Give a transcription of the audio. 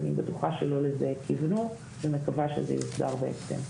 אני בטוחה שלא לזה כיוונו ומקווה שזה יוסדר בהקדם.